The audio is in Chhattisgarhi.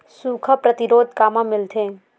सुखा प्रतिरोध कामा मिलथे?